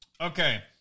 Okay